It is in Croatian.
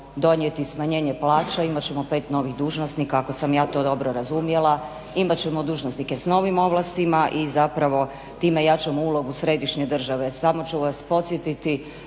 donijeti smanjenje plaća, imat ćemo pet novi dužnosnika ako sam ja to dobro razumjela, imat ćemo dužnosnike s novim ovlastima i zapravo time jačamo ulogu središnje države. Samo ću vas podsjetiti,